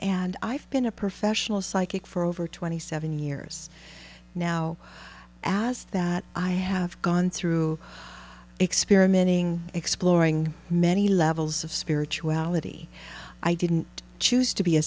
and i've been a professional psychic for over twenty seven years now as that i have gone through experimenting exploring many levels of spirituality i didn't choose to be a